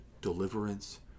deliverance